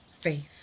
faith